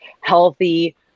healthy